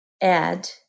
add